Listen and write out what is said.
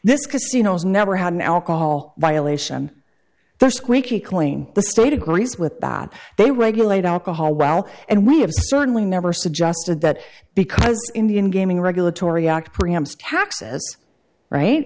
this casino has never had an alcohol violation the squeaky clean the state agrees with that they regulate alcohol well and we have certainly never suggested that because indian gaming regulatory act preempts taxes right